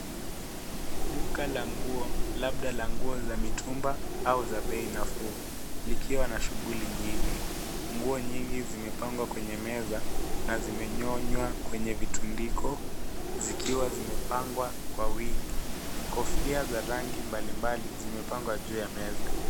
Duka la nguo, labda la nguo za mitumba au za bei nafuu, likiwa na shughuli nyingi. Nguo nyingi zimepangwa kwenye meza, na zimenyonywa kwenye vitundiko zikiwa zimepangwa kwa wingi. Kofia za rangi mbalimbali zimepangwa juu ya meza.